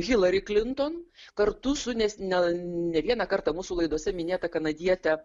hillary klinton kartu su nes ne ne vieną kartą mūsų laidose minėta kanadiete